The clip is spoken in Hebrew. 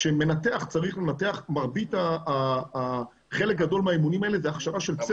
כשמנתח צריך לנתח חלק גדול מהאימונים האלה זה הכשרה של צוות חירום.